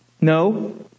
No